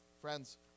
Friends